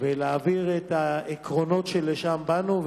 ולהעביר את העקרונות שלשמם באנו.